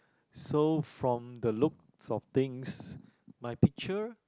so from the looks of things my picture